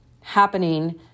happening